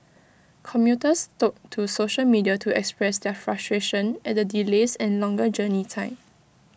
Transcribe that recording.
commuters took to social media to express their frustration at the delays and longer journey time